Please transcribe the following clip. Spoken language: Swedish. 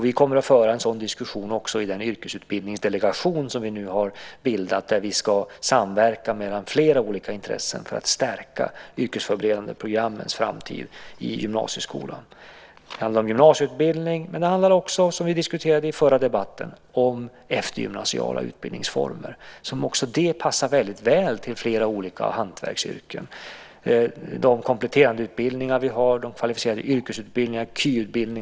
Vi kommer att föra en sådan diskussion också i den yrkesutbildningsdelegation som vi bildat. Där ska vi samverka mellan flera olika intressen för att stärka de yrkesförberedande programmens framtid i gymnasieskolan. Det handlar om gymnasieutbildning, men det handlar också - vilket vi diskuterade i den förra debatten - om eftergymnasiala utbildningsformer. De kompletterande utbildningar och kvalificerade yrkesutbildningar - KY - som vi har passar mycket väl för flera olika hantverksyrken.